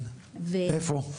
איפה?